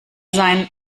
seinen